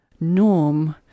norm